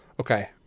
Okay